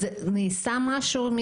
נעשה משהו?